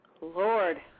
Lord